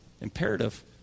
imperative